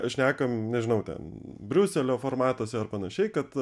šnekam nežinau ten briuselio formatuose ar panašiai kad